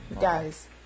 guys